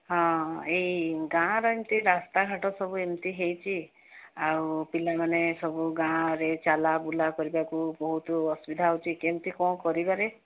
ହଁ ଏଇ ଗାଁର ଏମିତି ରାସ୍ତା ଘାଟ ସବୁ ଏମିତି ହେଇଛି ଆଉ ପିଲାମାନେ ସବୁ ଗାଁରେ ଚାଲ ବୁଲା କରିବାକୁ ବହୁତୁ ଅସୁବିଧା ହେଉଛି କେମିତି କ'ଣ କରିବାରେ